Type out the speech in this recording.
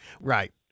Right